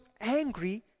angry